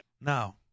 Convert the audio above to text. No